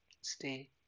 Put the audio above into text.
stay